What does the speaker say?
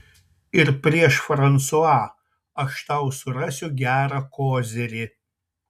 ir prieš fransua aš tau surasiu gerą kozirį